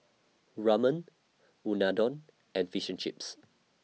Ramen Unadon and Fish and Chips